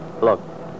Look